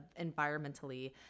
environmentally